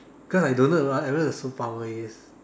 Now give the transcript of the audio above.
cause I don't know I don't know what the superpower is